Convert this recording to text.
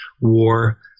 war